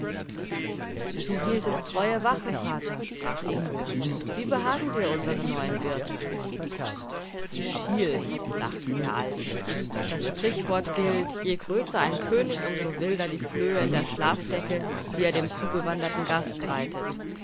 du hieltest treue wache vater sprach ingo wie behagen dir unsere neuen wirte sie schielen lachte der alte das sprichwort gilt je größer ein könig um so wilder die flöhe in der schlafdecke die er dem zugewanderten gast breitet